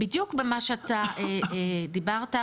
בדיוק במה שאתה דיברת,